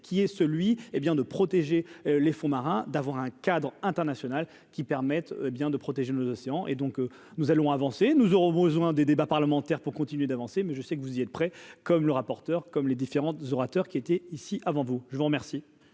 qui est celui, hé bien de protéger les fonds marins, d'avoir un cadre international qui permettent bien de protéger nos océans et donc nous allons avancer, nous aurons besoin des débats parlementaires pour continuer d'avancer, mais je sais que vous y êtes prêts comme le rapporteur comme les différentes orateurs qui étaient ici avant vous, je vous remercie.